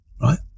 right